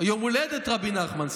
יום הולדת רבי נחמן.